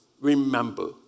Remember